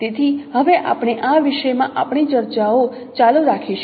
તેથી હવે આપણે આ વિષય માં આપણી ચર્ચાઓ ચાલુ રાખીશું